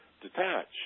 detach